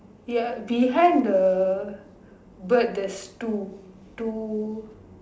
your behind the bird there's two two